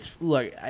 look